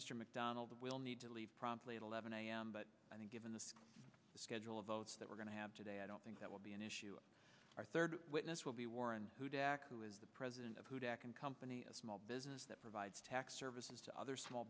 mr mcdonald will need to leave promptly at eleven a m but i think given the schedule of votes that we're going to have today i don't think that will be an issue our third witness will be warren who dacke who is the president of who back in company a small business that provides tax services to other small